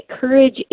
courage